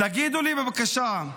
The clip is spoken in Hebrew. תגידו לי בבקשה,